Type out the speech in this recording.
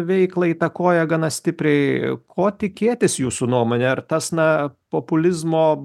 veiklą įtakoja gana stipriai ko tikėtis jūsų nuomone ar tas na populizmo